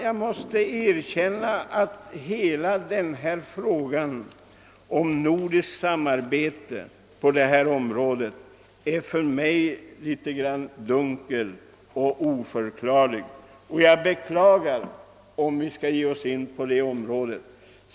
Jag måste erkänna att hela frågan om ett nordiskt samarbete på detta område för mig ter sig något dunkel och oförklarlig. Jag beklagar att vi nu skall ge oss in på detta.